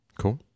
Cool